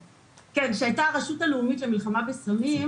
כשהייתה הרשות הלאומית למלחמה בסמים,